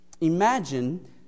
Imagine